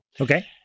okay